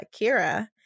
Kira